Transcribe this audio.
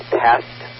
passed